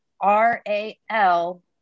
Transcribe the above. R-A-L